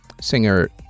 singer